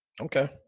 Okay